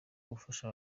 gufasha